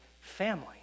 family